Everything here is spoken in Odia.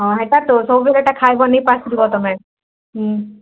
ହଁ ଏଇଟା ଔଷଧରେ ଖାଇବନି ପାସୋରି ଯିବ ତୁମେ ହୁଁ